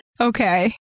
Okay